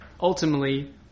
ultimately